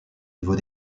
niveau